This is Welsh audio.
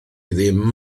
ddim